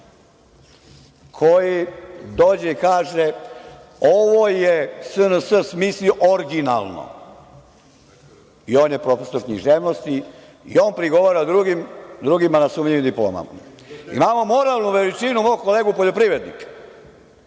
koji dođe i kaže – ovo je SNS smislio orginalno, i on je profesor književnosti, i on prigovara drugima na sumnjivim diplomama. Imamo moralnu veličinu, mog kolegu poljoprivrednika,